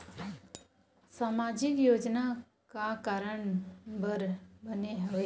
सामाजिक योजना का कारण बर बने हवे?